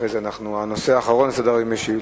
ואחרי זה הנושא האחרון על סדר-היום הוא שאילתות.